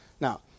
Now